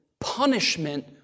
punishment